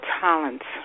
talents